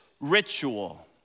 ritual